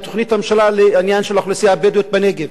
הוא תוכנית הממשלה לעניין האוכלוסייה הבדואית בנגב.